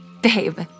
Babe